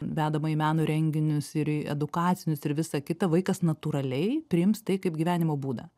vedama į meno renginius ir į edukacinius ir visa kita vaikas natūraliai priims tai kaip gyvenimo būdą